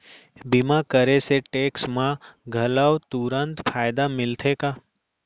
बीमा करे से टेक्स मा घलव तुरंत फायदा मिलथे का?